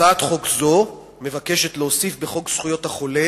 הצעת חוק זו מבקשת להוסיף בחוק זכויות החולה